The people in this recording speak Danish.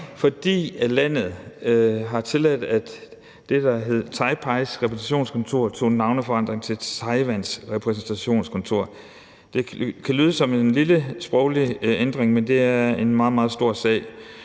fordi landet har tilladt, at det, der hed Taipeis repræsentationskontor, tog navneforandring til Taiwans repræsentationskontor – det kan lyde som en lille sproglig ændring, men det er en meget, meget stor sag